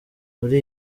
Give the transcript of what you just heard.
muri